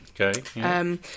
Okay